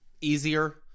easier